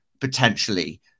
potentially